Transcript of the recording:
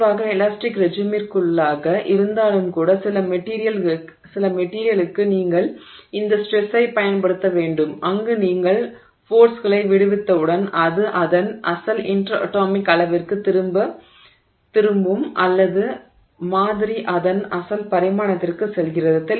தெளிவாக எலாஸ்டிக் ரெஜிமிற்குள்ளாக இருந்தாலும் கூட சில மெட்டிரியளுக்கு நீங்கள் இந்த ஸ்ட்ரெஸ்ஸைப் பயன்படுத்த வேண்டும் அங்கு நீங்கள் ஃபோர்ஸ்களை விடுவித்தவுடன் அது அதன் அசல் இன்டெர் அட்டாமிக் அளவிற்குத் திரும்பும் அல்லது மாதிரி அதன் அசல் பரிமாணத்திற்குச் செல்கிறது